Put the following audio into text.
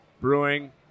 brewing